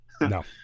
No